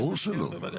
ברור שלא.